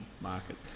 market